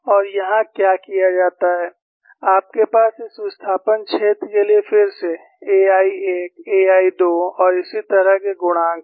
और यहाँ क्या किया जाता है आपके पास इस विस्थापन क्षेत्र के लिए फिर से A I1 A I2 और इसी तरह के गुणांक हैं